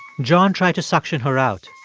john tried to suction her out.